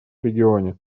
регионе